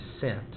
sent